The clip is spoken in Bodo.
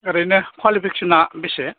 ओरैनो क्वालिफिकेसना बेसे